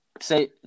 say